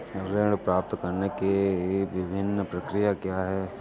ऋण प्राप्त करने की विभिन्न प्रक्रिया क्या हैं?